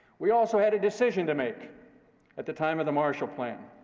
we also had a decision to make at the time of the marshall plan.